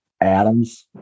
Adams